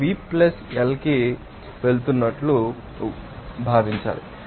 కాబట్టి మేము V L కి వెళ్తున్నట్లు వందగా రావాలి